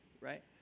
Right